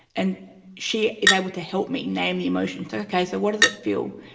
and she is able to help me name the emotions okay, so what does it feel,